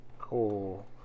Cool